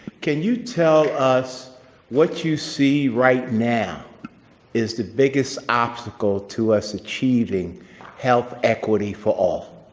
can you tell us what you see right now is the biggest obstacle to us achieving health equity for all?